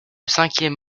cinquième